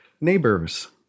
neighbors